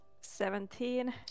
Seventeen